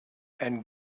and